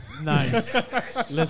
Nice